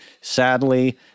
sadly